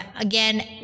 again